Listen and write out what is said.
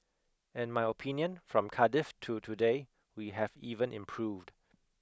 in my opinion from Cardiff to today we have even improved